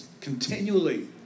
Continually